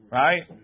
right